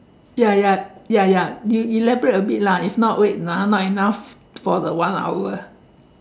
ya ya ya ya you elaborate a bit lah if not wait lah not enough for the one hour